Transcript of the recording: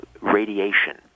radiation